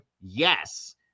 yes